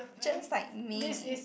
just like me